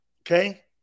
Okay